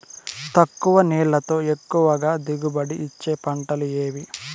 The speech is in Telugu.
తక్కువ నీళ్లతో ఎక్కువగా దిగుబడి ఇచ్చే పంటలు ఏవి?